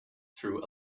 through